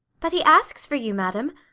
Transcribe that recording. but he asks for you, madam.